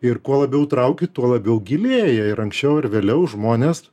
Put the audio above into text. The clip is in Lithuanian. ir kuo labiau trauki tuo labiau gilėja ir anksčiau ar vėliau žmonės